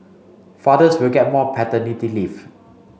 fathers will get more paternity leave